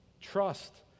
Trust